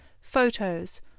photos